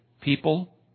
people